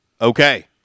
okay